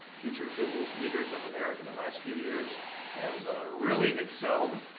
future business leaders of america. the last few years has really excelled,